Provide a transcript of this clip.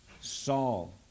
Saul